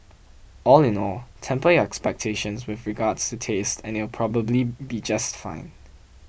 all in all temper your expectations with regards to taste and it'll probably be just fine